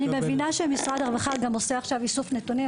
אני מבינה שמשרד הרווחה עושה עכשיו גם איסוף נתונים.